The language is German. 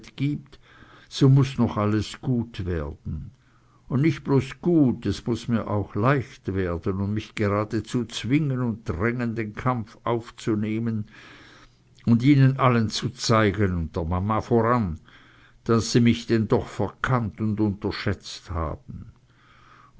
gibt so muß noch alles gut werden und nicht bloß gut es muß mir auch leicht werden und mich gradezu zwingen und drängen den kampf aufzunehmen und ihnen allen zu zeigen und der mama voran daß sie mich denn doch verkannt und unterschätzt haben